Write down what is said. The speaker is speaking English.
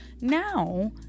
Now